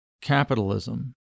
capitalism